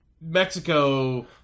Mexico